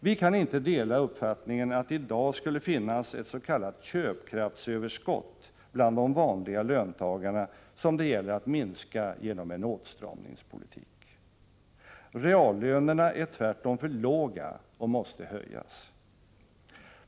Vi kan inte dela uppfattningen att det i dag skulle finnas ett s.k. köpkraftsöverskott bland de vanliga löntagarna som det gäller att minska genom en åtstramningspolitik. Reallönerna är tvärtom för låga och måste höjas.